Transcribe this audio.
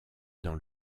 dans